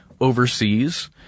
overseas